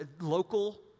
local